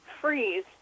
freeze